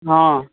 हँ